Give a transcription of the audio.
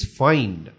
find